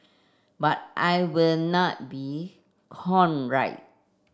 but I will not be